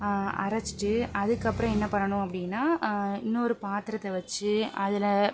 அரைச்சுட்டு அதுக்கப்புறம் என்ன பண்ணணும் அப்படின்னா இன்னொரு பாத்திரத்தை வச்சு அதில்